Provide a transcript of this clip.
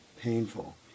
painful